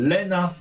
Lena